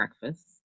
breakfast